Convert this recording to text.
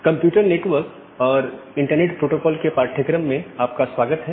computer network और internet protocol के पाठ्यक्रम में आपका स्वागत है